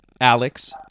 alex